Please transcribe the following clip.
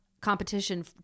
competition